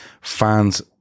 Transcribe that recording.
fans